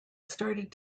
started